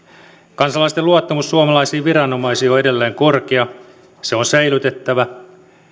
kansalaisten luottamus suomalaisiin viranomaisiin on edelleen korkea ja se on säilytettävä